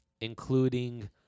including